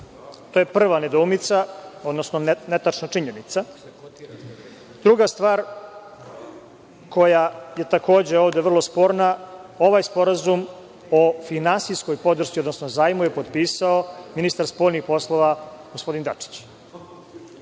je prva nedoumica, odnosno netačna činjenica. Druga stvar, koja je takođe ovde vrlo sporna, ovaj sporazum o finansijskoj podršci, odnosno zajmu je potpisao ministar spoljnih poslova gospodin Dačić.